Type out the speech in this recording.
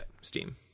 Steam